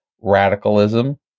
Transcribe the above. radicalism